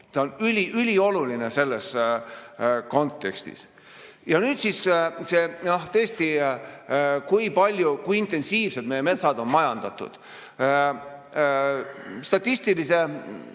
ta on ülioluline selles kontekstis. Nüüd siis see, tõesti, kui intensiivselt meie metsad on majandatud. Statistilise